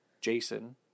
Jason